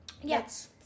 yes